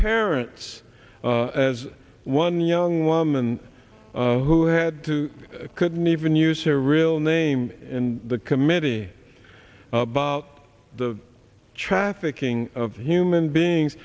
parents as one young woman who had couldn't even use her real name in the committee about the trafficking of human beings